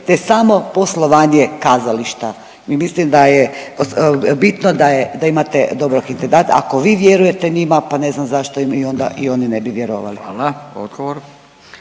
te samo poslovanje kazališta i mislim da je bitno da je, da imate dobrog intendanta, ako vi vjerujete njima, pa ne znam zašto i onda i oni ne bi vjerovali. **Radin,